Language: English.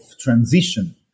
transition